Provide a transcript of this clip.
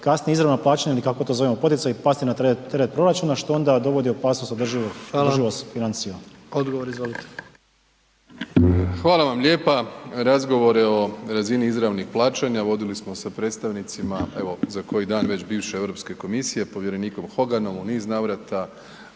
kasnije izravna plaćanja ili kako to zovemo poticaji pasti na teret proračuna što onda dovodi u opasnost održivost financija. **Jandroković, Gordan (HDZ)** Hvala. Odgovor izvolite. **Plenković, Andrej (HDZ)** Hvala vam lijepa. Razgovore o razini izravnih plaćanja vodili smo sa predstavnicima evo za koji dan već bivše Europske komisije, povjerenikom Hoganom u niz navrata